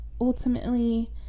ultimately